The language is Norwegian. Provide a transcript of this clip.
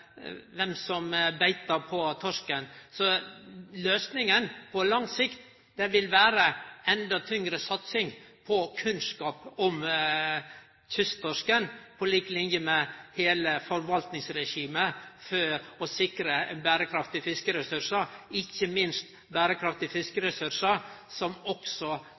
som beitar på torsken. Så løysinga på lang sikt vil vere ei enda tyngre satsing på kunnskap om kysttorsken, på lik linje med heile forvaltningsregimet, for å sikre berekraftige fiskeressursar – ikkje minst berekraftige fiskeressursar som også